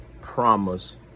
promise